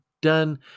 done